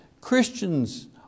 Christians